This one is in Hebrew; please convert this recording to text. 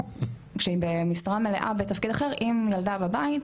כשהיא במשרה מלאה בתפקיד אחר עם ילדה בבית,